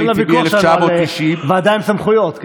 אנחנו חוזרים לוויכוח שהיה על ועדה עם סמכויות.